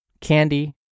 candy